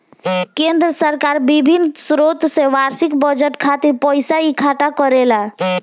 केंद्र सरकार बिभिन्न स्रोत से बार्षिक बजट खातिर पइसा इकट्ठा करेले